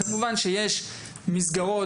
כמובן שיש מסגרות